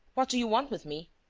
what do you want with me?